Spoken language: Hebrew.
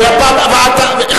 מה זה "מה היא מתערבת"?